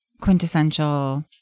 quintessential